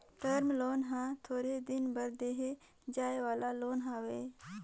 term loan हर थोरहें दिन बर देहे जाए वाला लोन हवे